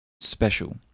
special